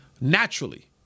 naturally